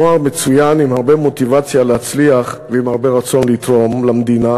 נוער מצוין עם הרבה מוטיבציה להצליח ועם הרבה רצון לתרום למדינה,